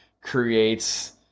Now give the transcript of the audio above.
creates